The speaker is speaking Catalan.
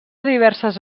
diverses